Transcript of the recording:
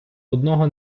одного